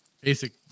basic